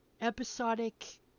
episodic